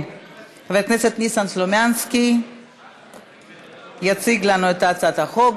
חבר הכנסת ניסן סלומינסקי יציג לנו את הצעת החוק.